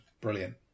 brilliant